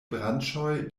branĉoj